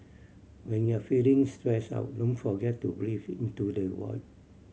when you are feeling stressed out don't forget to breathe into the void